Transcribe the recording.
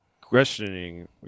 questioning